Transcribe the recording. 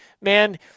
Man